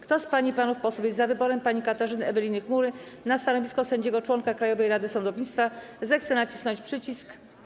Kto z pań i panów posłów jest za wyborem pani Katarzyny Eweliny Chmury na stanowisko sędziego - członka Krajowej Rady Sądownictwa, zechce nacisnąć przycisk.